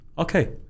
Okay